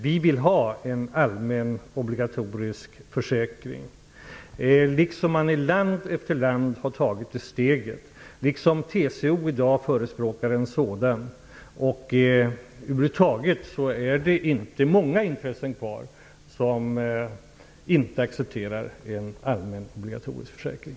Vi vill ha en allmän obligatorisk försäkring. I land efter land har man tagit det steget. Även TCO förespråkar i dag en sådan försäkring. Över huvud taget finns det inte många intressen kvar som inte accepterar en allmän obligatorisk försäkring.